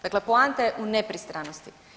Dakle, poanta je u nepristranosti.